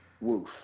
woof